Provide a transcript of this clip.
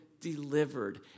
delivered